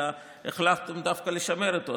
אלא החלטתם דווקא לשמר אותו.